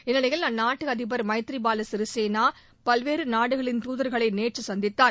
இந்நிலையில் அந்நாட்டு அதிபர் திரு மைத்ரி பாலசிறிசேன பல்வேறு நாடுகளின் துதர்களை நேற்று சந்தித்தார்